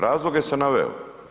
Razloge sam naveo.